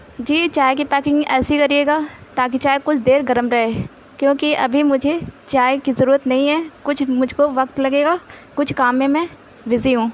جی چائے کی پیکنگ ایسی کریے گا تاکہ چائے کچھ دیر گرم رہے کیوں کہ ابھی مجھے چائے کی ضرورت نہیں ہے کچھ مجھ کو وقت لگے گا کچھ کام میں میں بزی ہوں